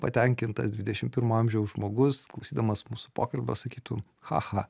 patenkintas dvidešimt pirmo amžiaus žmogus klausydamas mūsų pokalbio sakytų cha cha